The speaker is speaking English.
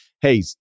hey